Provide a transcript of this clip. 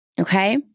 Okay